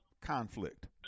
conflict